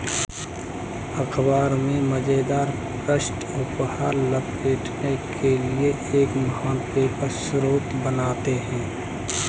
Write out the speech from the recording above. अख़बार में मज़ेदार पृष्ठ उपहार लपेटने के लिए एक महान पेपर स्रोत बनाते हैं